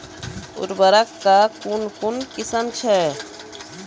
उर्वरक कऽ कून कून किस्म छै?